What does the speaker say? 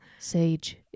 sage